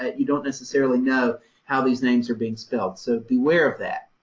and you don't necessarily know how these names are being spelled, so beware of that.